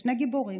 שני גיבורים,